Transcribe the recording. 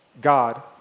God